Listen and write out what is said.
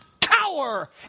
cower